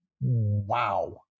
wow